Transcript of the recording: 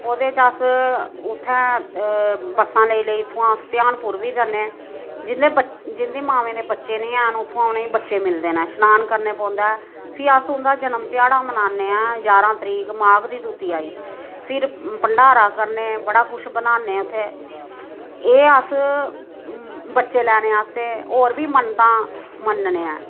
ओह्दे च अस उ'त्थें बस्सां लेई लेई इ'त्थुआं अस ध्यानपुर बी जन्ने जिं'दे ब जिं'दी मावें दे बच्चे निं हैन उ'त्थुआं उ'नें ई बच्चे मिलदे न शनान करना पौंदा ऐ फ्ही अस उं'दा जन्म ध्याड़ा मनाने आं जारां तरीक माघ दी दूतिया ई फिर भंडारा करने बड़ा कुछ बनाने उ'त्थें एह् अस बच्चे लैने आस्तै होर बी मन्नतां मनन्ने आं